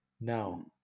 Now